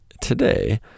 Today